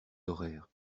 horaires